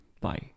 Bye